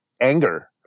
anger